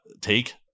take